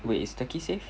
wait is Turkey safe